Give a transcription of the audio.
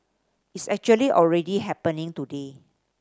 it's actually already happening today